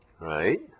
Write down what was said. right